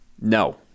No